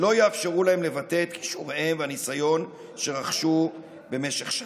שלא יאפשרו להם לבטא את כישוריהם והניסיון שרכשו במשך שנים.